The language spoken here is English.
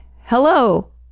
Hello